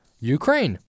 Ukraine